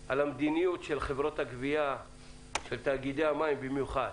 על המדיניות של חברות הגבייה ותאגידי המים במיוחד,